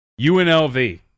UNLV